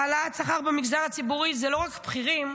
העלאת שכר במגזר הציבורי, זה לא רק בכירים,